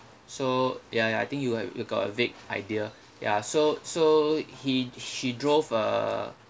so ya ya I think you ha~ you got a vague idea ya so so he she drove uh